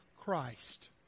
Christ